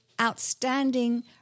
outstanding